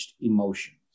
emotions